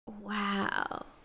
Wow